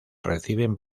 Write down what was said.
reciben